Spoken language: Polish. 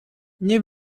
nie